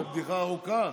זו בדיחה ארוכה.